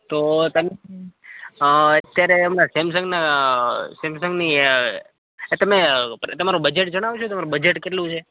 તો તમે અત્યારે સેમસંગના સેમસંગની એ તમ તમારું બજેટ જણાવજો બજેટ કેટલું છે